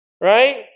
right